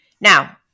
Now